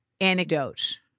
anecdote